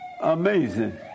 amazing